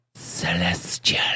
celestial